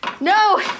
No